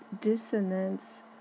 dissonance